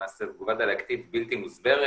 למעשה תגובה דלקתית בלתי מוסברת,